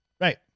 Right